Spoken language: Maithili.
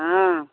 हँ